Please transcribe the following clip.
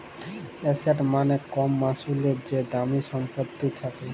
asset মালে কল মালুসের যে দামি ছম্পত্তি থ্যাকে